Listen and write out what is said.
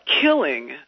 killing